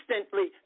instantly